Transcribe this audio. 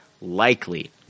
likely